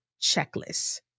checklist